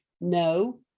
no